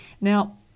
now